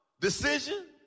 Decision